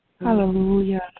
Hallelujah